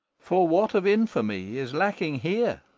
for what of infamy is lacking here?